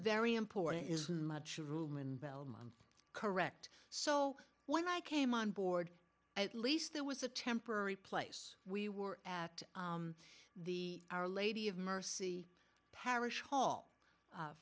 very important is much room in belmont correct so when i came on board at least there was a temporary place we were at the our lady of mercy parish hall